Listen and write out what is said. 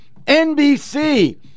NBC